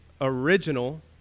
original